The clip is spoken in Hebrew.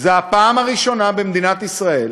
זו הפעם הראשונה במדינת ישראל